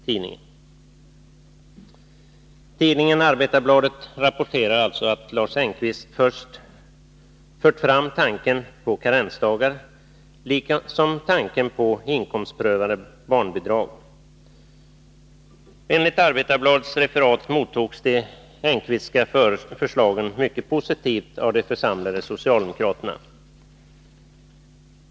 Tidningen Arbetarbladet rapporterade alltså att Lars Engqvist fört fram tanken på karensdagar liksom tanken på inkomstprövade barnbidrag. Enligt Arbetarbladets referat mottogs de Engqvistska förslagen mycket positivt av de församlade socialdemokraterna.